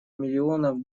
миллионов